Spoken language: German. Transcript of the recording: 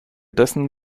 dessen